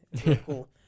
cool